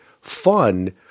fun